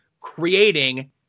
creating